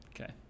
okay